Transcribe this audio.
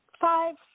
five